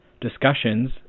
discussions